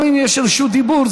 גם אם יש רשות דיבור,